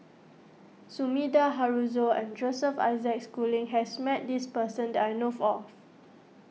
Sumida Haruzo and Joseph Isaac Schooling has met this person that I know of